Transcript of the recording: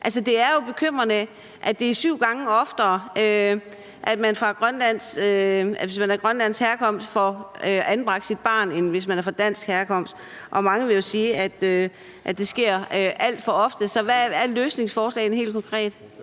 Det er jo bekymrende, at det er syv gange oftere, at man, hvis man er af grønlandsk herkomst, får anbragt sit barn, end hvis man er af dansk herkomst. Og mange vil jo sige, at det sker alt for ofte. Så hvad er løsningsforslagene helt konkret?